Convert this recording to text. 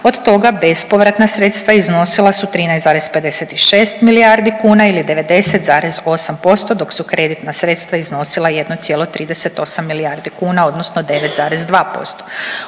od toga bespovratna sredstva iznosila su 13,56 milijardi kuna ili 90,8% dok su kreditna sredstva iznosila 1,38 milijardi kuna odnosno 9,2%.